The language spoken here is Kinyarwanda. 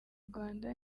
rwanda